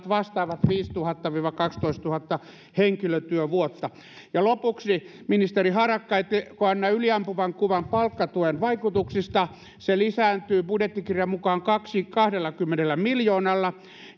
vastaavat viisituhatta viiva kaksitoistatuhatta henkilötyövuotta ja lopuksi ministeri harakka ettekö anna yliampuvan kuvan palkkatuen vaikutuksista se lisääntyy budjettikirjan mukaan kahdellakymmenellä miljoonalla